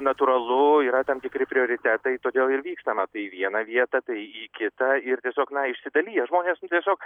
natūralu yra tam tikri prioritetai todėl ir vykstama tai į vieną vietą tai į kitą ir tiesiog na išsidalija žmonės nu tiesiog